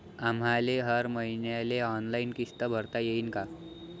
आम्हाले हर मईन्याले ऑनलाईन किस्त भरता येईन का?